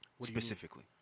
specifically